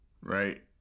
Right